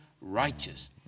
righteous